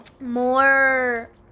more